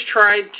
tried